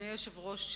אדוני היושב-ראש,